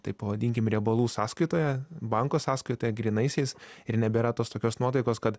tai pavadinkim riebalų sąskaitoje banko sąskaitą grynaisiais ir nebėra tos tokios nuotaikos kad